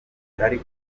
ari